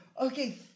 okay